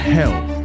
health